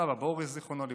סבא בוריס, זיכרונו לברכה,